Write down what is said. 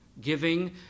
giving